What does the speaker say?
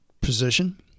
position